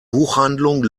buchhandlung